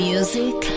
Music